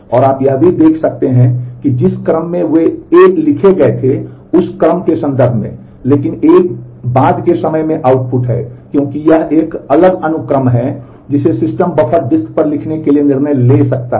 और आप यह भी देख सकते हैं कि जिस क्रम में वे A लिखे गए थे उस क्रम के संदर्भ में लेकिन A बाद के समय में आउटपुट है क्योंकि यह एक अलग अनुक्रम है जिसमें सिस्टम बफर डिस्क पर लिखने के लिए निर्णय ले सकता है